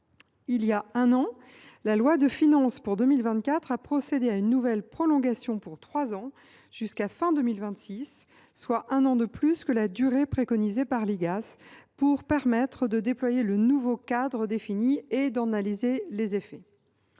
Il y a un an, la loi de finances pour 2024 a prévu une nouvelle prolongation pour trois ans jusqu’à la fin 2026, soit un an de plus que la durée préconisée par l’Igas, pour permettre de déployer le nouveau cadre défini et d’en analyser les effets.